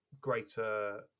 greater